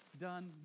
done